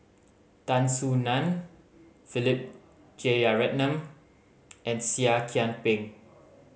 Tan Soo Nan Philip Jeyaretnam and Seah Kian Peng